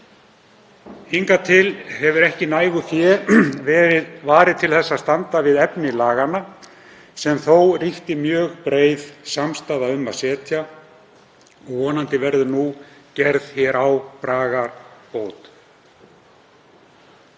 Hingað til hefur ekki nægu fé verið varið til að standa við efni laganna sem þó ríkti mjög breið samstaða um að setja. Vonandi verður nú gerð á því bragarbót.